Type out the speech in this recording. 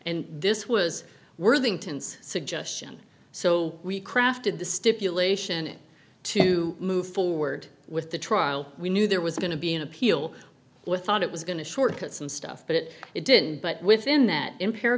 and this was worthington's suggestion so we crafted the stipulation to move forward with the trial we knew there was going to be an appeal with thought it was going to shortcut some stuff but it it didn't but within that i